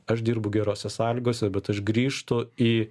aš dirbu gerose sąlygose bet aš grįžtu į